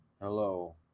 Hello